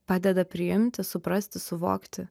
padeda priimti suprasti suvokti